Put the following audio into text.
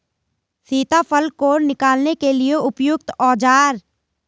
सीताफल को निकालने के लिए उपयुक्त औज़ार?